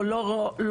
או לא נחשב